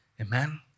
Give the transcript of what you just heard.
Amen